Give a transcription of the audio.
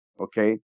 okay